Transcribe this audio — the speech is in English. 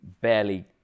barely